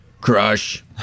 Crush